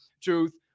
Truth